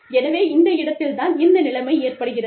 எனவே இந்த இடத்தில்தான் இந்த நிலைமை ஏற்படுகிறது